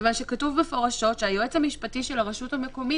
כיוון שכתוב מפורשות שהיועץ המשפטי של הרשות המקומית